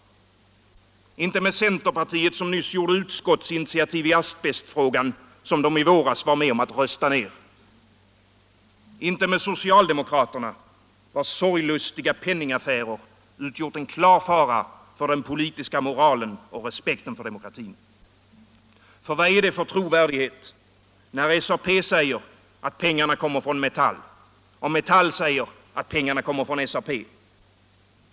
Inte med centerpartiet, som nyss tog utskottsinitiativ i asbestfrågan, som partiet i våras var med om att rösta ner. Inte med socialdemokraterna, vars sorglustiga penningaffärer har utgjort en klar fara för den politiska moralen och för respekten för demokratin. Vad är det nämligen för trovärdighet när SAP säger att pengarna kommer från Metall och Metall säger att pengarna kommer från SAP?